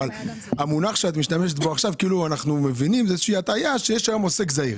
אבל המונח שאת משתמשת בו עכשיו זה איזו שהיא הטעיה לפיה יש עוסק זעיר.